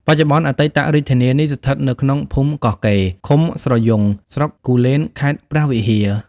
បច្ចុប្បន្នអតីតរាជធានីនេះ ស្ថិតនៅក្នុងភូមិកោះកេរ ឃុំស្រយង់ ស្រុកគូលែន ខេត្តព្រះវិហារ ។